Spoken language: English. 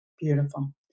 Beautiful